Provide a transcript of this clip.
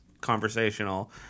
conversational